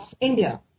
India